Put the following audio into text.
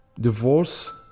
divorce